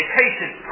patient